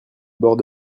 bord